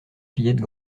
fillettes